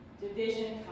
division